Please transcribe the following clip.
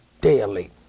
daily